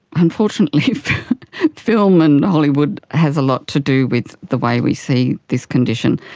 unfortunately film and hollywood has a lot to do with the way we see this condition.